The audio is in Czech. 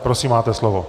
Prosím, máte slovo.